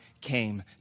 came